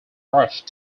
rushed